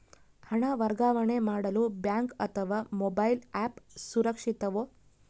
ಹಣ ವರ್ಗಾವಣೆ ಮಾಡಲು ಬ್ಯಾಂಕ್ ಅಥವಾ ಮೋಬೈಲ್ ಆ್ಯಪ್ ಸುರಕ್ಷಿತವೋ?